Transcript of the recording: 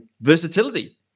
versatility